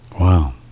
Wow